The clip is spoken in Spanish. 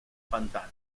pantano